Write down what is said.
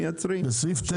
בסעיף 9,